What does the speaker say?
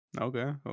okay